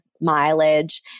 mileage